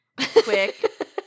quick